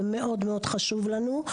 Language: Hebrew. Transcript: זה מאוד מאוד חשוב לנו,